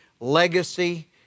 legacy